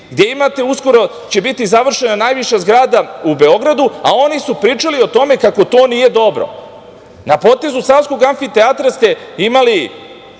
gde će uskoro biti završena najviša zgrada u Beogradu, a oni su pričali o tome kako to nije dobro. Na potezu savskog amfiteatra ste imali